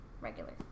regular